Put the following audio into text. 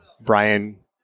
Brian